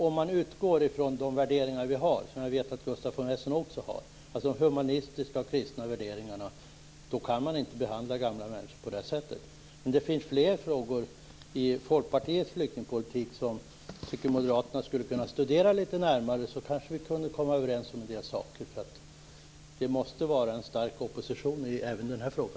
Om man utgår från de värderingar som vi har och som jag vet att Gustaf von Essen också har, dvs. humanistiska och kristna värderingar, då kan man inte behandla gamla människor på detta sätt. Men det finns fler frågor i Folkpartiets flyktingpolitik som jag tycker att Moderaterna skulle kunna studera litet närmare. Då skulle vi kanske komma överens om en del saker. Det måste vara en stark opposition även i denna fråga.